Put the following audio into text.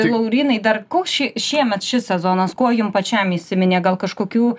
laurynai dar koks šie šiemet šis sezonas kuo jums pačiam įsiminė gal kažkokių